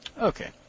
okay